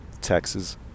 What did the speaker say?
Taxes